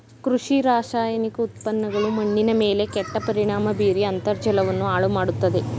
ಕೃಷಿ ರಾಸಾಯನಿಕ ಉತ್ಪನ್ನಗಳು ಮಣ್ಣಿನ ಮೇಲೆ ಕೆಟ್ಟ ಪರಿಣಾಮ ಬೀರಿ ಅಂತರ್ಜಲವನ್ನು ಹಾಳು ಮಾಡತ್ತದೆ